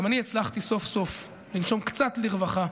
גם אני הצלחתי סוף-סוף לנשום קצת לרווחה,